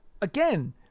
again